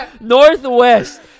northwest